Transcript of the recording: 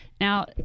Now